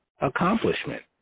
accomplishment